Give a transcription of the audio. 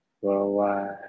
worldwide